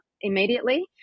immediately